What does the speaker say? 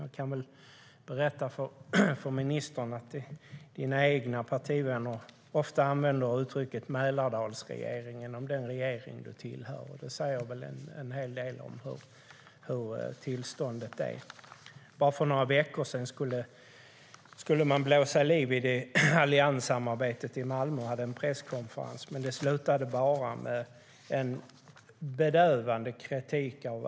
Jag kan berätta för ministern att hennes egna partivänner ofta använder uttrycket Mälardalsregeringen om den regering hon tillhör. Det säger väl en hel del om hur tillståndet är. För bara några veckor sedan skulle man blåsa liv i allianssamarbetet i Malmö, och man hade en presskonferens. Det slutade med en bedövande kritik.